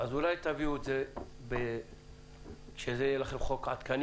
אז אולי תביאו את זה כשיהיה לכם חוק עדכני,